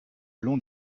long